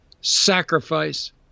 sacrifice